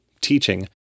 teaching